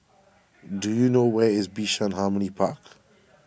do you know where is Bishan Harmony Park